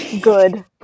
Good